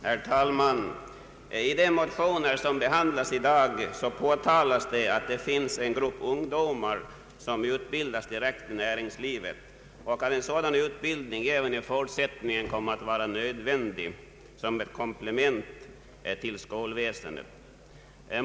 Herr talman! I de motioner som behandlas i dag påpekas att det finns en grupp ungdomar som utbildas direkt i näringslivet och att en sådan utbildning även i fortsättningen kommer att vara nödvändig som komplement till skolväsendet.